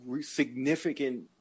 significant